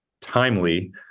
timely